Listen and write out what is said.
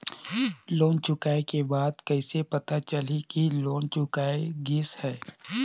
Loan चुकाय के बाद कइसे पता चलही कि लोन चुकाय गिस है?